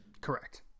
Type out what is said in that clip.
Correct